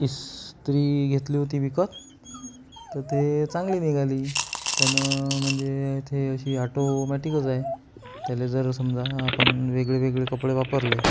इस्त्री घेतली होती विकत तर ते चांगली निघाली त्यानं म्हणजे ते अशी एटोमॅटिकच हाय त्याला जर समजा आपण वेगळे वेगळे कपडे वापरले